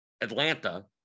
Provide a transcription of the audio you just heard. Atlanta